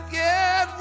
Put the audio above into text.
get